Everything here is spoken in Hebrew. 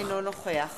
אינו נוכח